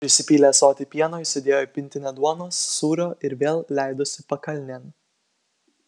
prisipylė ąsotį pieno įsidėjo į pintinę duonos sūrio ir vėl leidosi pakalnėn